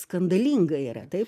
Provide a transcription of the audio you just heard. skandalinga yra taip